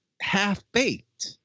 half-baked